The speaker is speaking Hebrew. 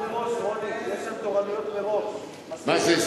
יש שם תורנויות מראש, רוני.